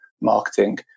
Marketing